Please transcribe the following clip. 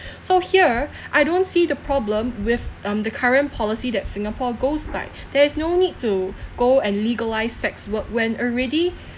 so here I don't see the problem with um the current policy that singapore goes by there is no need to go and legalise sex work when already